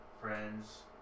friends